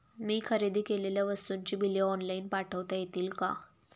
मी खरेदी केलेल्या वस्तूंची बिले ऑनलाइन पाठवता येतील का?